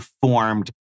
formed